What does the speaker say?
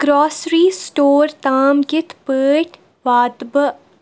Grocery store تام کِتھ پٲٹھۍ واتہٕ بہٕ ؟